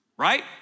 Right